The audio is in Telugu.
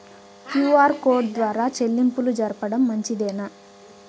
క్యు.ఆర్ కోడ్ ద్వారా చెల్లింపులు జరపడం మంచిదేనా?